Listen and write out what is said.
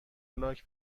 لاک